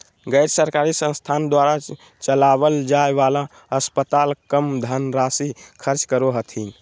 गैर सरकारी संस्थान द्वारा चलावल जाय वाला अस्पताल कम धन राशी खर्च करो हथिन